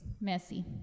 messy